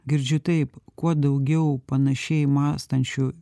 girdžiu taip kuo daugiau panašiai mąstančių